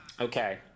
Okay